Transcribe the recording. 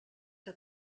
que